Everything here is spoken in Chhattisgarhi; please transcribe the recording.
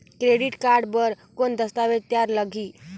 क्रेडिट कारड बर कौन दस्तावेज तैयार लगही?